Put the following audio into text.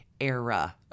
era